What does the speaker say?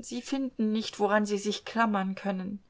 sie finden nicht woran sie sich klammern können